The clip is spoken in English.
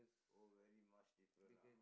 oh very much different now